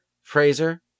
Fraser